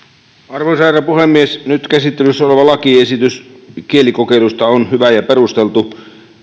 arvoisa herra puhemies nyt käsittelyssä oleva lakiesitys kielikokeilusta on hyvä ja perusteltu